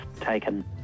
taken